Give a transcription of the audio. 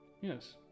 Yes